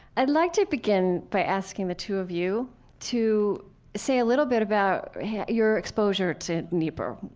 i'd like to begin by asking the two of you to say a little bit about your exposure to niebuhr,